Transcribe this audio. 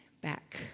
back